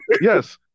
yes